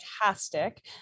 fantastic